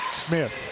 Smith